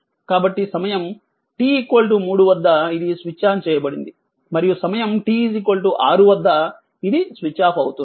కాబట్టి సమయం t 3 వద్ద ఇది స్విచ్ ఆన్ చేయబడింది మరియు సమయం t 6 వద్ద అది స్విచ్ ఆఫ్ అవుతుంది